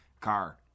car